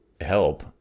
help